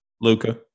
Luca